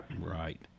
Right